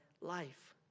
life